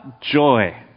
joy